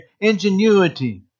ingenuity